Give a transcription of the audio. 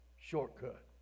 shortcut